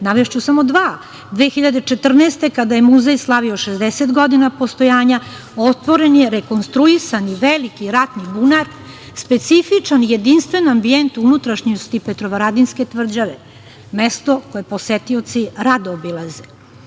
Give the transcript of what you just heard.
Navešću samo dva. Godine 2014. kada je muzej slavio 60 godina postojanja, otvoren je i rekonstruisan Veliki ratni bunar, specifičan, jedinstven ambijent u unutrašnjosti Petrovaradinske tvrđave, mesto koje posetioci rado obilaze.